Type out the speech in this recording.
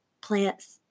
Plants